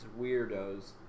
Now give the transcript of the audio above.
weirdos